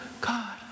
God